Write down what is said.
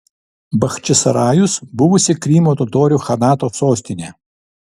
bachčisarajus buvusi krymo totorių chanato sostinė